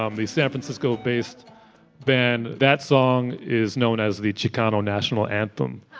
um the san francisco-based band. that song is known as the chicano national anthem,